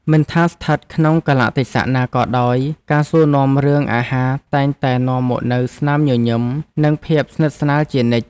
មិនថាស្ថិតក្នុងកាលៈទេសៈណាក៏ដោយ ការសួរនាំរឿងអាហារតែងតែនាំមកនូវស្នាមញញឹម និងភាពស្និទ្ធស្នាលជានិច្ច។